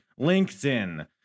LinkedIn